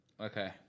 Okay